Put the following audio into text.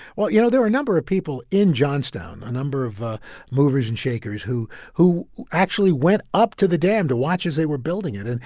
well, you know, there were a number of people in johnstown, a number of ah movers and shakers who who actually went up to the dam to watch as they were building it. and